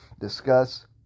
Discuss